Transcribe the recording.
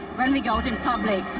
when we go out in public,